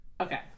Okay